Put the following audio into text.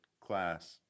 class